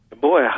Boy